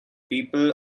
people